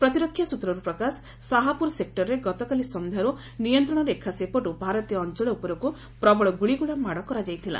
ପ୍ରତିରକ୍ଷା ସ୍ୱତ୍ରରୁ ପ୍ରକାଶ ଶାହାପ୍ରର ସେକୁର୍ରେ ଗତକାଲି ସନ୍ଧ୍ୟାର୍ ନିୟନ୍ତ୍ରଣ ରେଖା ସେପଟ୍ର ଭାରତୀୟ ଅଞ୍ଚଳ ଉପରକୁ ପ୍ରବଳ ଗୁଳିଗୋଳା ମାଡ଼ କରାଯାଇଥିଲା